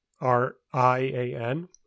r-i-a-n